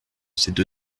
cette